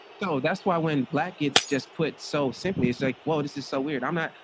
so that's why when black it's just put so simply, it's like, whoa, this is so weird. i'm not.